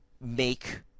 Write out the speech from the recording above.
make –